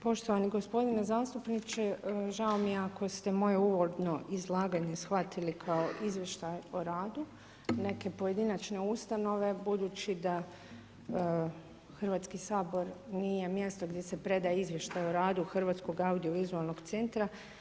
Poštovani gospodine zastupniče, žao mi je ako ste moje uvodno izlaganje shvatili kao izvještaj o radu neke pojedinačne ustanove, budući da Hrvatski sabor nije mjesto gdje se predaje izvještaj o radu Hrvatskog audiovizualnog centra.